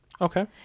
Okay